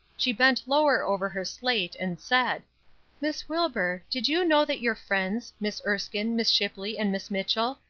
she bent lower over her slate, and said miss wilbur, did you know that your friends, miss erskine, miss shipley and miss mitchell,